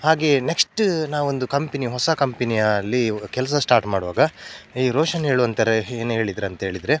ಹಾಗೆ ನೆಕ್ಸ್ಟು ನಾವೊಂದು ಕಂಪೆನಿ ಹೊಸ ಕಂಪೆನಿಯಲ್ಲಿ ಕೆಲಸ ಸ್ಟಾರ್ಟ್ ಮಾಡುವಾಗ ಈ ರೋಷನ್ ಹೇಳುವಂಥೋರೇ ಏನು ಹೇಳಿದ್ರು ಅಂತ ಹೇಳಿದರೆ